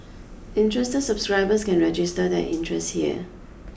interested subscribers can register their interest here